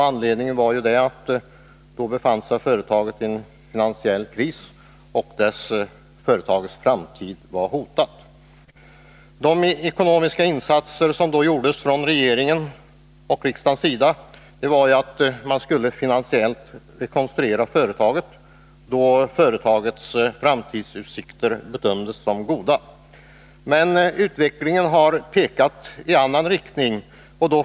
Anledningen till övertagandet var att företaget då befann sig i en finansiell kris och att dess framtid var hotad. De ekonomiska insatser som då gjordes av regeringen och riksdagen bestod i att finansiellt rekonstruera företaget, då dess framtidsutsikter bedömdes som goda. Men utvecklingen har gått i en annan riktning.